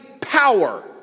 power